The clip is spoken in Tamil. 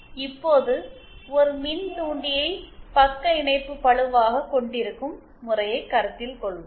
இப்போது ஒரு மின்தூண்டியை பக்க இணைப்பு பளுவாக கொண்டிருக்கும் முறையை கருத்தில் கொள்வோம்